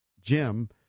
Jim